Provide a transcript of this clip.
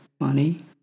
money